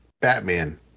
Batman